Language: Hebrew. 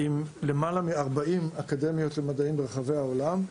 עם למעלה מ-40 אקדמיות למדעים ברחבי העולם.